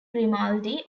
grimaldi